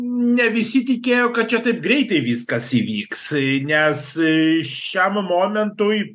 ne visi tikėjo kad čia taip greitai viskas įvyks nes šiam momentui